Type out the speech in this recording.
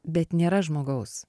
bet nėra žmogaus